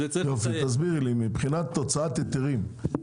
מבחינת הוצאת היתרים,